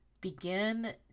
begin